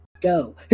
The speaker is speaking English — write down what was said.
Go